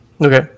Okay